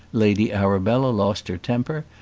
lady arabella lost her temper,